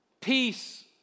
Peace